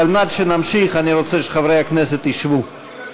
על מנת שנמשיך, אני רוצה שחברי הכנסת ישבו.